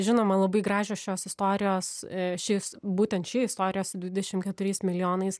žinoma labai gražios šios istorijos šis būtent ši istorija su dvidešim keturiais milijonais